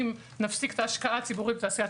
אם נפסיק את ההשקעה הציבורית ועשיית